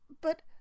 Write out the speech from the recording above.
But